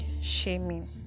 shaming